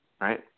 right